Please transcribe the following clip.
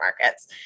markets